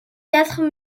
quatre